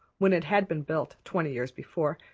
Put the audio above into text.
when it had been built, twenty years before,